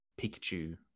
Pikachu